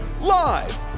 Live